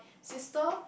sister